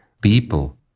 people